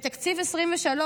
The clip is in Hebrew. בתקציב 2023,